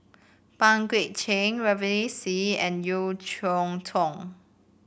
Pang Guek Cheng Ravinder Singh and Yeo Cheow Tong